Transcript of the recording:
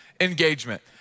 Engagement